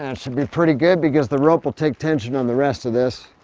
and should be pretty good because the rope will take tension on the rest of this.